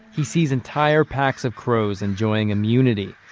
he sees entire packs of crows enjoying immunity.